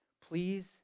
please